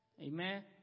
Amen